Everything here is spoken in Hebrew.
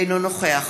אינו נוכח